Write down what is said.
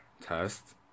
test